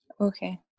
Okay